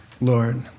Lord